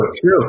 true